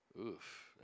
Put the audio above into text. Oof